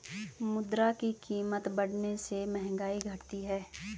मुद्रा की कीमत बढ़ने से महंगाई घटी है